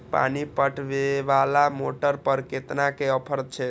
पानी पटवेवाला मोटर पर केतना के ऑफर छे?